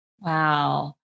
Wow